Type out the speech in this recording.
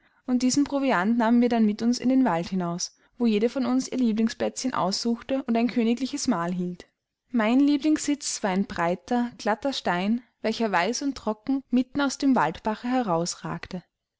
und diesen proviant nahmen wir dann mit uns in den wald hinaus wo jede von uns ihr lieblingsplätzchen aufsuchte und ein königliches mahl hielt mein lieblingssitz war ein breiter glatter stein welcher weiß und trocken mitten aus dem waldbache